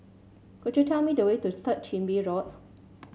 could you tell me the way to Third Chin Bee Road